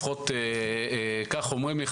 לפחות כך אומרים לי,